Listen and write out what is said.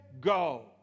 go